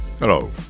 Hello